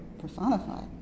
personified